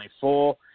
four